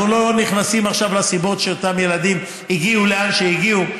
אנחנו לא נכנסים עכשיו לסיבות לכך שאותם ילדים הגיעו לאן שהגיעו,